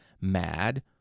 mad